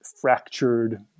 fractured